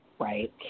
right